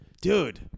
Dude